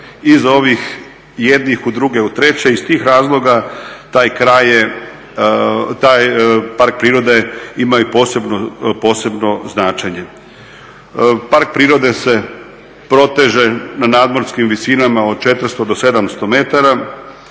iz ovih jednih u druge i treće iz tih razloga taj park prirode ima i posebno značenje. Park prirode se proteže na nadmorskim visinama od 400 do 700 metara